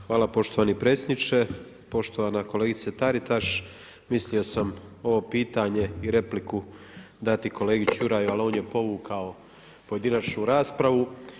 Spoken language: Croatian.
Hvala poštovani predsjedniče, poštovana kolegice Taritaš, mislio sam ovo pitanje i repliku dati kolegi Čuraju, ali on je povukao pojedinačnu raspravu.